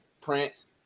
Prince